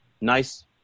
nice